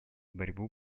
борьбу